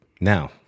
now